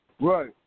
Right